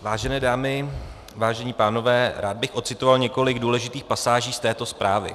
Vážené dámy, vážení pánové, rád bych odcitoval několik důležitých pasáží z této zprávy.